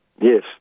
Yes